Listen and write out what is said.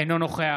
אינו נוכח